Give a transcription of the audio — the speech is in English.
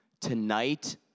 Tonight